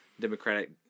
Democratic